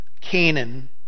Canaan